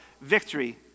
victory